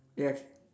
yes